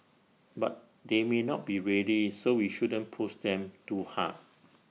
but they may not be ready so we shouldn't push them too hard